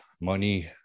money